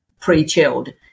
pre-chilled